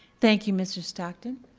thank you, mr. stocking.